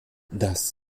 das